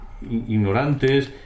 ignorantes